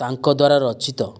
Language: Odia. ତାଙ୍କ ଦ୍ୱାରା ରଚିତ